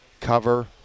cover